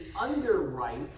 underwrite